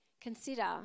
Consider